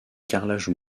carrelage